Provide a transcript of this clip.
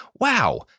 Wow